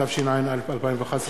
התשע"א 2011,